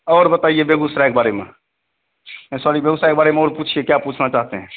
और बताइए बेगूसराय के बारे में सॉरी बेगूसराय के बारे में और पूछिए क्या पूछना चाहते हैं